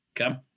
Okay